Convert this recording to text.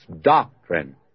doctrine